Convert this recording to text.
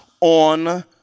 on